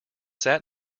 sat